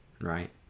right